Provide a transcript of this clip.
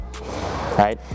right